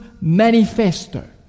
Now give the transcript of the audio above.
manifesto